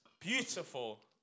beautiful